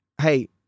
hey